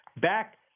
back